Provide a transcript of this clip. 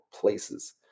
Places